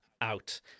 out